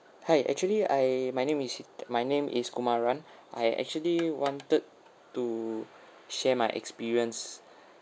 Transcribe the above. hi actually I my name is t~ my name is kumaran I actually wanted to share my experience